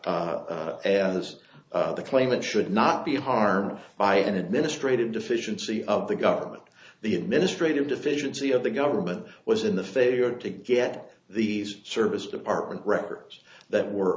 as the claimant should not be harmed by an administrative deficiency of the government the administrative deficiency of the government was in the failure to get these service department records that were